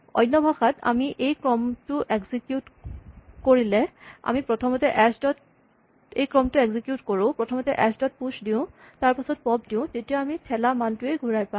অন্য ভাষাত আমি এই ক্ৰমটো এক্সিকিউট কৰোঁ আমি প্ৰথমে এচ ডট প্যুচ দিওঁ তাৰপাছত পপ্ দিওঁ তেতিয়া আমি থেলা মানটোৱেই আমি ঘূৰাই পাম